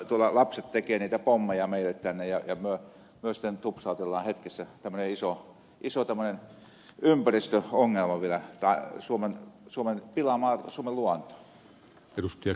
tuolla lapset tekevät niitä pommeja meille ja me sitten tupsauttelemme hetkessä tämmöisen ison ympäristöongelman vielä pilaamaan suomen luontoa